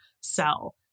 sell